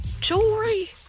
jewelry